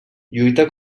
lluita